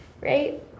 right